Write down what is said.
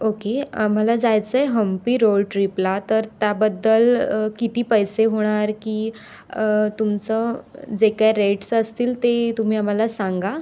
okay आम्हाला जायचं आहे हम्पी रोळ ट्रीपला तर त्याबद्दल किती पैसे होणार की तुमचं जे काय रेट्स असतील ते तुम्ही आम्हाला सांगा